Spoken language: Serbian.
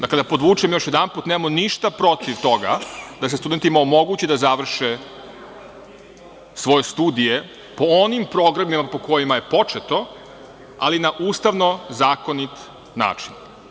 Dakle, da podvučem još jedanput, nemamo ništa protiv toga da se studentima omogući da završe svoje studije po onim programima po kojima je početo, ali na ustavno zakonit način.